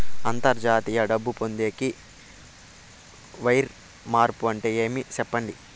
అంతర్జాతీయ డబ్బు పొందేకి, వైర్ మార్పు అంటే ఏమి? సెప్పండి?